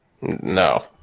No